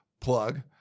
Plug